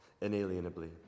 inalienably